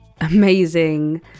amazing